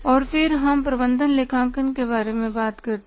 और फिर हम प्रबंधन लेखांकन के बारे में बात करते हैं